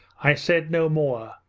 i said no more,